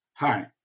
Hi